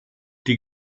die